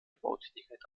bautätigkeit